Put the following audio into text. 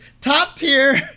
top-tier